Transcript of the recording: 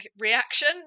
reaction